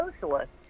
socialist